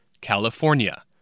California